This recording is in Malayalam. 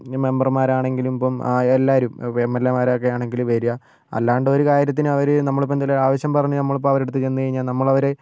നി മെമ്പർമാരാണെങ്കിലും ഇപ്പം എല്ലാവരും എം എൽ എമാർ ഒക്കെയാണെങ്കിലും വരിക അല്ലാണ്ട് ഒരു കാര്യത്തിനും അവർ നമ്മളിപ്പം എന്തെങ്കിലും ആവശ്യം പറഞ്ഞ് നമ്മളിപ്പം അവരുടെ അടുത്ത് ചെന്ന് കഴിഞ്ഞാൽ നമ്മൾ അവരെ